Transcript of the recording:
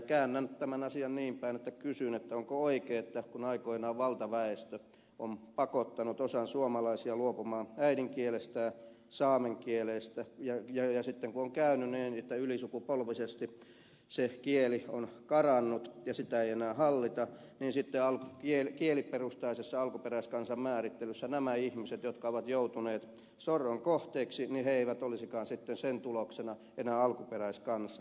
käännän tämän asian niin päin että kysyn onko oikein että aikoinaan valtaväestö on pakottanut osan suomalaisia luopumaan äidinkielestään saamen kielestä ja sitten kun on käynyt niin että ylisukupolvisesti se kieli on karannut ja sitä ei enää hallita niin sitten kieliperustaisessa alkuperäiskansan määrittelyssä nämä ihmiset jotka ovat joutuneet sorron kohteeksi eivät olisikaan sitten sen tuloksena enää alkuperäiskansaa